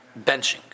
benching